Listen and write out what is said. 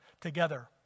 together